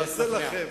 ונעשה לכם,